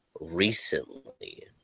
Recently